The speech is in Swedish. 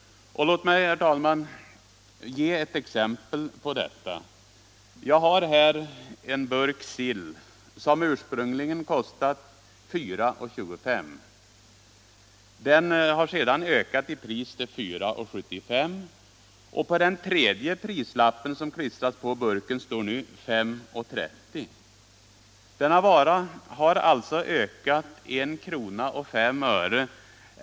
Låt mig, herr talman, ge ett exempel på detta. Jag har i min hand en burk sill, som ursprungligen kostat 4:25 kr. Den har sedan ökat i pris till 4:75 kr., och på den tredje prislapp som klistrats på burken står nu 5:30 kr. Denna vara har alltså ökat 1:05 kr.